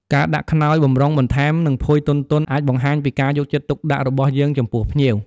ការដាក់ខ្នើយបម្រុងបន្ថែម និងភួយទន់ៗ អាចបង្ហាញពីការយកចិត្តទុកដាក់របស់យើងចំពោះភ្ញៀវ។